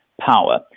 power